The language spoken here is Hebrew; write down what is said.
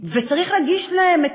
וצריך להגיש להם,